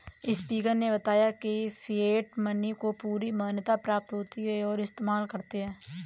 speaker ने बताया की फिएट मनी को पूरी मान्यता प्राप्त होती है और इस्तेमाल करते है